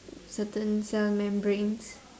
certain cell membranes